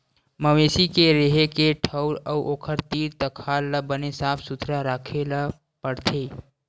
मवेशी के रेहे के ठउर अउ ओखर तीर तखार ल बने साफ सुथरा राखे ल परथे